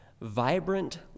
vibrant